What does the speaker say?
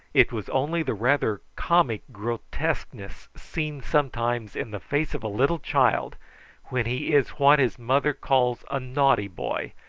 it was only the rather comic grotesqueness seen sometimes in the face of a little child when he is what his mother calls a naughty boy,